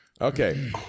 Okay